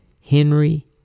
Henry